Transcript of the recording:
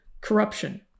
corruption